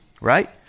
right